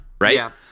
Right